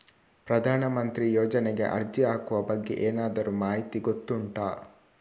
ಪ್ರಧಾನ ಮಂತ್ರಿ ಯೋಜನೆಗೆ ಅರ್ಜಿ ಹಾಕುವ ಬಗ್ಗೆ ಏನಾದರೂ ಮಾಹಿತಿ ಗೊತ್ತುಂಟ?